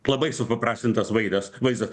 labai supaprastintas vaidas vaizdas